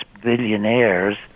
billionaires